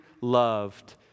loved